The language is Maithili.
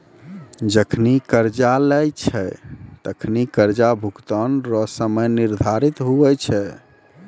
जखनि कर्जा लेय छै तखनि कर्जा भुगतान रो समय निर्धारित हुवै छै